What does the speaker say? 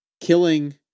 Killing